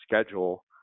schedule